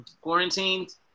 quarantined